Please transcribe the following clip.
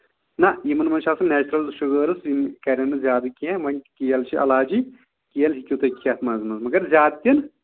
نہ یِمن منٛز چھِ آسان نیچرل شُگٲرٕس یِم کَرن نہٕ زیادٕ کیٚنہہ وۄنۍ کیل چھِ علاجی کیل ہیٚکِو تُہۍ کھٮ۪تھ منٛزٕ منٛزٕ مَگر زیادٕ تہِ نہٕ